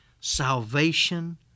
Salvation